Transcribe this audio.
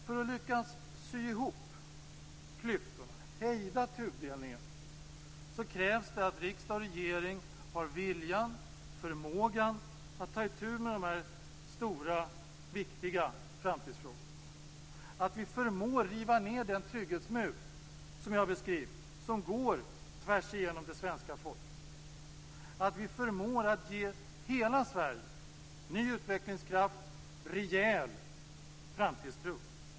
För att lyckas sy ihop klyftorna och hejda tudelningen krävs det att riksdag och regering har vilja och förmåga att ta itu med de stora och viktiga framtidsfrågorna, att vi förmår att riva ned den trygghetsmur som jag har beskrivit, som går tvärs igenom det svenska folket, att vi förmår att ge hela Sverige ny utvecklingskraft och rejäl framtidstro.